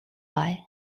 bei